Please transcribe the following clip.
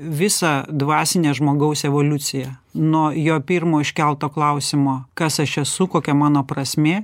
visą dvasinę žmogaus evoliuciją nuo jo pirmo iškelto klausimo kas aš esu kokia mano prasmė